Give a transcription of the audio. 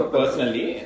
personally